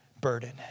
burden